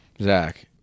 Zach